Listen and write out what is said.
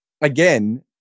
again